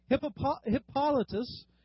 Hippolytus